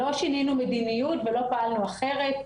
לא שינינו מדיניות ולא פעלנו אחרת.